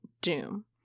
Doom